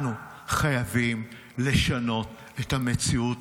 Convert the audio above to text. אנחנו חייבים לשנות את המציאות הזאת.